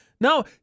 no